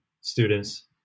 students